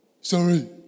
sorry